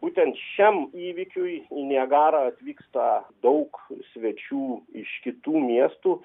būtent šiam įvykiui į niagarą atvyksta daug svečių iš kitų miestų